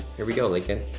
here we go, lincoln.